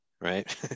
Right